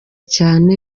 cyane